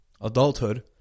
Adulthood